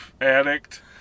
addict